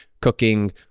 cooking